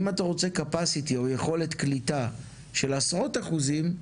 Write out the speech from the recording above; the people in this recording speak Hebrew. אם אתה רוצה יכולת קליטה של עשרות אחוזים,